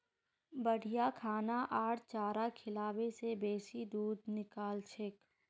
बढ़िया खाना आर चारा खिलाबा से बेसी दूध निकलछेक